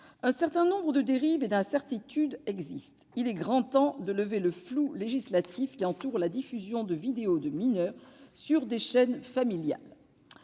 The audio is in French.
Un certain nombre de dérives et d'incertitudes existent. Il est grand temps de dissiper le flou législatif qui entoure la diffusion de vidéos de mineurs sur des chaînes familiales.